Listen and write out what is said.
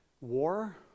War